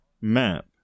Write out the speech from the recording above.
map